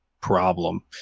problem